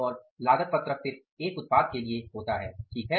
और लागत पत्रक सिर्फ एक उत्पाद के लिए होता है ठीक है